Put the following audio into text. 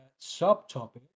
subtopic